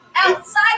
Outside